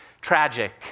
Tragic